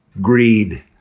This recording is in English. greed